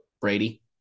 Brady